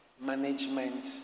management